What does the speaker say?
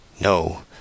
No